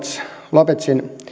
lopezin